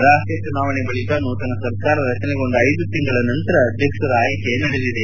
ರಾಷ್ಟೀಯ ಚುನಾವಣೆ ಬಳಿಕ ನೂತನ ಸರ್ಕಾರ ರಚನೆಗೊಂಡ ಐದು ತಿಂಗಳ ಬಳಿಕ ಅಧ್ಯಕ್ಷರ ಆಯ್ಕೆ ನಡೆದಿದೆ